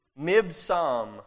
Mibsam